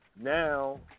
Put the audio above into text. now